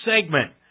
segment